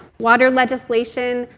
water legislation,